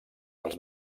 dels